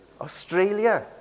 Australia